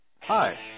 Hi